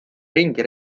ringi